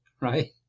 right